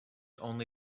only